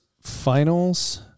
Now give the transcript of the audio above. finals